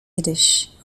yiddish